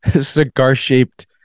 cigar-shaped